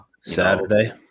Saturday